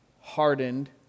hardened